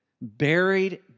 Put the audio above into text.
buried